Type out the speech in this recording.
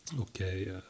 Okay